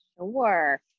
Sure